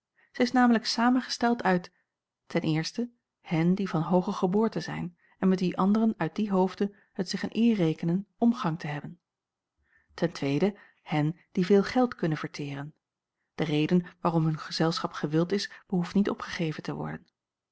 zij is namelijk samengesteld uit en die van hooge geboorte zijn en met wie anderen uit dien hoofde het zich o een eer rekenen omgang te hebben o hen die veel geld kunnen verteren de reden waarom hun gezelschap gewild is behoeft niet opgegeven te worden